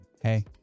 Hey